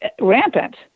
rampant